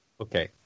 okay